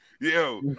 yo